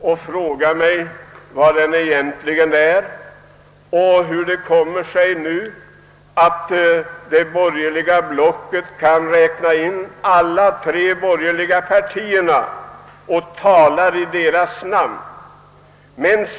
Jag frågar mig vad den egentligen innebär och hur det nu kommer sig, att det borgerliga blocket kan räkna in alla de tre borgerliga partierna och tala i deras namn.